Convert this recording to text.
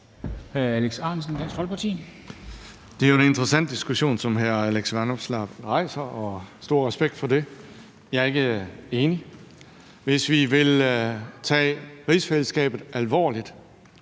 Alex Ahrendtsen (DF) : Det er jo en interessant diskussion, som hr. Alex Vanopslagh rejser – og stor respekt for det. Jeg er ikke enig. Hvis vi vil tage rigsfællesskabet alvorligt,